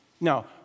no